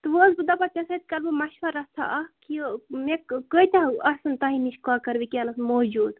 تہٕ وۄنۍ ٲسٕس بہٕ دَپان ژےٚ سۭتۍ کَرٕ بہٕ مشوَر رَژھا اَکھ یہِ مےٚ کۭتیٛاہ آسَن تۄہہِ نِش کۄکَر وٕکٮ۪نَس موجوٗد